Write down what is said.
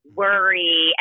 worry